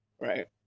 Right